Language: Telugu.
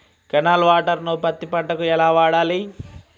కెనాల్ వాటర్ ను పత్తి పంట కి ఎలా వాడాలి?